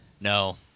No